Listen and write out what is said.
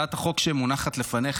הצעת חוק חופשה שנתית (תיקון,